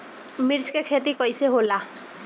मिर्च के खेती कईसे होला?